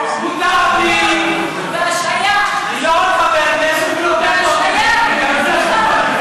אתם בטח לא דאגתם לביטחונם,